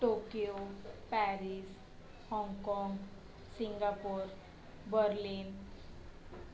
Tokyo Paris Hong Kong Singapore Berlin